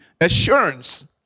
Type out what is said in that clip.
assurance